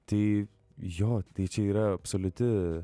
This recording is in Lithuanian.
tai jo tai čia yra absoliuti